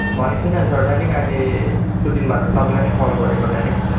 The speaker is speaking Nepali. भनेको थिइनँ नि सर डाइरेक्ट अहिले यत्रो दिनबाद अब तपाईँलाई नै कल गरेको डाइरेक्ट